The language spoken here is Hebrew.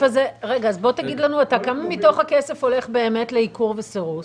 אז בוא תגיד לנו אתה כמה כסף הולך באמת לעיקור וסירוס?